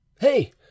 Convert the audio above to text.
Hey